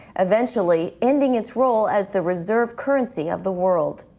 eventually, ending its role as the reserve currency of the world.